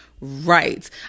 right